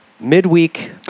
Midweek